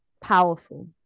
powerful